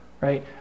right